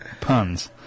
puns